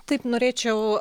taip norėčiau